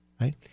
right